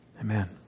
Amen